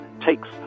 takes